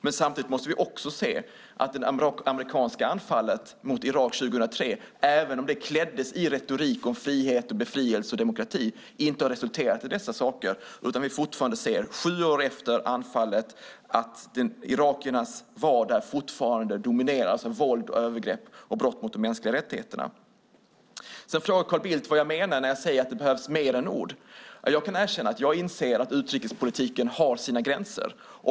Men samtidigt måste vi se att det amerikanska anfallet mot Irak år 2003 även om det kläddes i retorik om frihet, befrielse och demokrati inte har resulterat i detta, utan att vi sju år efter anfallet ser att irakiernas vardag fortfarande domineras av våld, övergrepp och brott mot de mänskliga rättigheterna. Carl Bildt frågar vad jag menar när jag säger att det behövs mer än ord. Jag kan erkänna att jag inser att utrikespolitiken har sina gränser.